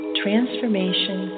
transformation